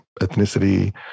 ethnicity